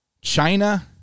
China